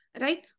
right